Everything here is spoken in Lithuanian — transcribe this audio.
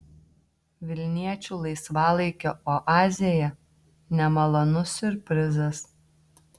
vilniečių laisvalaikio oazėje nemalonus siurprizas